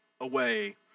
away